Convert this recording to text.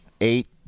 eight